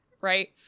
right